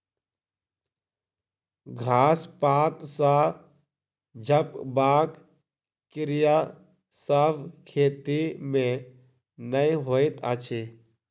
घास पात सॅ झपबाक क्रिया सभ खेती मे नै होइत अछि